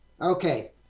Okay